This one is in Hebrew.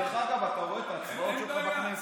דרך אגב, אתה רואה את ההצבעות שלך בכנסת.